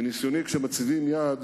מניסיוני, כשמציבים יעד,